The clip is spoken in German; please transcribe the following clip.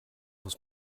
muss